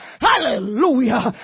hallelujah